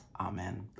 Amen